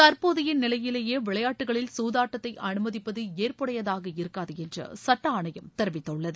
தற்போதைய நிலையிலேயே விளையாட்டுகளில் சூதாட்டத்தை அனுமதிப்பது ஏற்புடையதாக இருக்காது என்று சட்ட ஆணையம் தெரிவித்துள்ளது